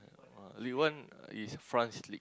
league one is France league